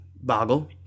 boggle